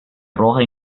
roja